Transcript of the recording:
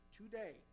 today